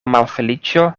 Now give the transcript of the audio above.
malfeliĉo